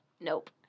Nope